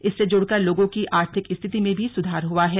इससे जुड़कर लोगों की आर्थिक स्थिति में भी सुधार हुआ है